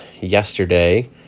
yesterday